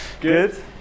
Good